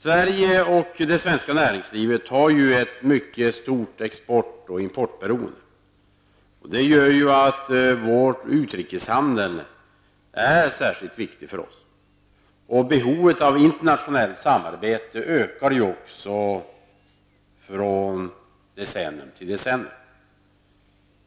Sverige och svenskt näringsliv är ju mycket exportoch importberoende. Därför är utrikeshandeln särskilt viktig för oss. Vidare ökar behovet av internationellt samarbete från decennium till decennium.